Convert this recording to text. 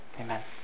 Amen